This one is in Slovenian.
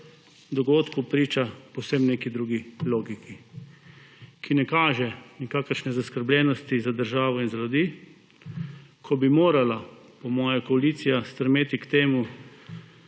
dogodku, priča povsem neki drugi logiki, ki ne kaže nikakršne zaskrbljenosti za državo in za ljudi, ko bi morala po mojem koalicija stremeti k temu,